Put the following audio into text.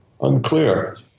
unclear